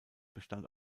bestand